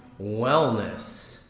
wellness